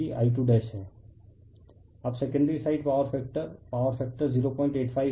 refer slide time 3346 अब secondary side power factor power factor 085 है